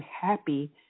happy